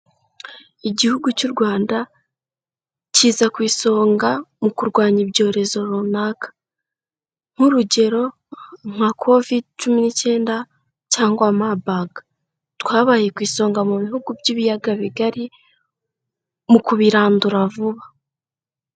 Igihugu cy'u Rwanda kiza ku isonga mu kurwanya ibyorezo runaka nk'urugero, nka Kovide cumi n'icyenda cyangwa Marburg. Twabaye ku isonga mu bihugu by'ibiyaga bigari mu kubirandura vuba.